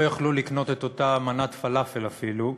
יוכלו לקנות את אותה מנת פלאפל אפילו.